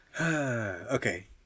Okay